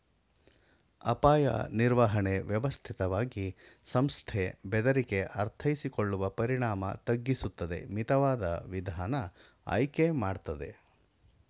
ಅಪಾಯ ನಿರ್ವಹಣೆ ವ್ಯವಸ್ಥಿತವಾಗಿ ಸಂಸ್ಥೆ ಬೆದರಿಕೆ ಅರ್ಥೈಸಿಕೊಳ್ಳುವ ಪರಿಣಾಮ ತಗ್ಗಿಸುತ್ತದೆ ಮಿತವಾದ ವಿಧಾನ ಆಯ್ಕೆ ಮಾಡ್ತದೆ